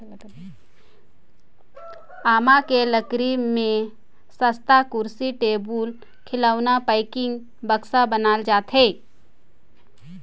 आमा के लकरी में सस्तहा कुरसी, टेबुल, खिलउना, पेकिंग, बक्सा बनाल जाथे